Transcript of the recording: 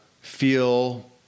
feel